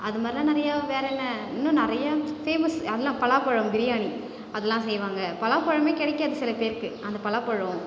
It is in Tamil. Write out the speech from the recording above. அது மாதிரிலாம் நிறைய வேறே என்ன இன்னும் நிறைய ஃபேமஸ் அதலாம் பலாப்பழம் பிரியாணி அதலாம் செய்வாங்க பலாப்பழமே கிடைக்காது சில பேருக்கு அந்த பலாப்பழம்